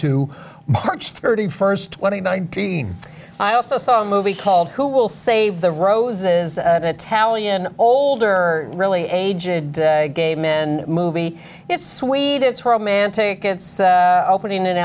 to march thirty first twenty nineteen i also saw a movie called who will save the roses an italian older really aged gay men movie it's sweet it's romantic it's opening in